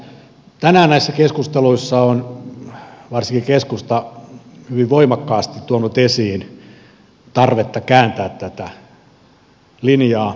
tänään näissä keskusteluissa on varsinkin keskusta hyvin voimakkaasti tuonut esiin tarvetta kääntää tätä linjaa